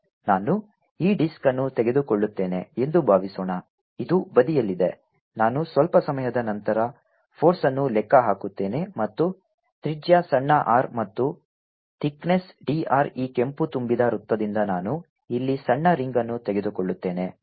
ನಾನು ಈ ಡಿಸ್ಕ್ ಅನ್ನು ತೆಗೆದುಕೊಳ್ಳುತ್ತೇನೆ ಎಂದು ಭಾವಿಸೋಣ ಇದು ಬದಿಯಲ್ಲಿದೆ ನಾನು ಸ್ವಲ್ಪ ಸಮಯದ ನಂತರ ಫೋರ್ಸ್ಅನ್ನು ಲೆಕ್ಕ ಹಾಕುತ್ತೇನೆ ಮತ್ತು ತ್ರಿಜ್ಯ ಸಣ್ಣ r ಮತ್ತು ತಿಕ್ನೆಸ್ d r ಈ ಕೆಂಪು ತುಂಬಿದ ವೃತ್ತದಿಂದ ನಾನು ಇಲ್ಲಿ ಸಣ್ಣ ರಿಂಗ್ಅನ್ನು ತೆಗೆದುಕೊಳ್ಳುತ್ತೇನೆ